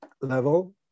level